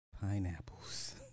pineapples